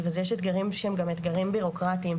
אז יש אתגרים שהם גם אתגרים בירוקרטיים,